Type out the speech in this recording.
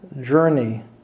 journey